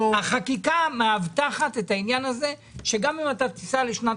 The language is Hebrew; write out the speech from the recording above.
החקיקה מאבטחת את העניין הזה שגם אם אתה תיסע לשנת